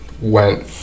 went